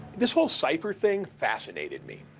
this whole cipher thing fascinated me.